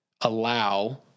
allow